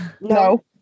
no